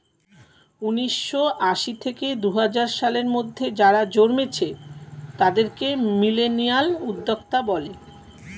উন্নিশো আশি থেকে দুহাজার সালের মধ্যে যারা জন্মেছে তাদেরকে মিলেনিয়াল উদ্যোক্তা বলে